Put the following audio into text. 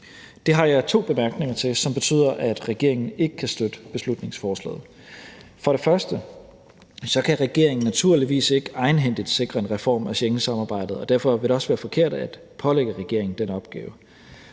Det har jeg to bemærkninger til, som betyder, at regeringen ikke kan støtte beslutningsforslaget. For det første kan regeringen naturligvis ikke egenhændigt sikre en reform af Schengensamarbejdet, og derfor vil det også være forkert at pålægge regeringen den opgave.